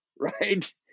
right